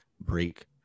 break